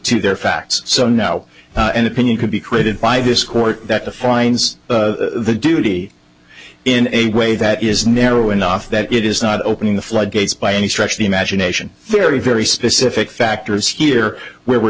to their facts so now an opinion could be created by this court that defines the duty in a way that is narrow enough that it is not opening the floodgates by any stretch of the imagination very very specific factors here where we